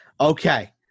Okay